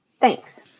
Thanks